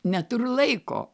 neturiu laiko